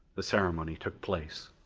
the ceremony took place.